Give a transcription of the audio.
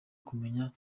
kumenya